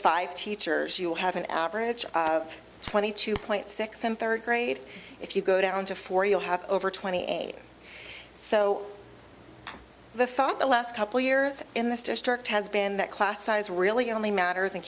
five teachers you'll have an average of twenty two point six in third grade if you go down to four you'll have over twenty eight so the thought the last couple years in this district has been that class size really only matters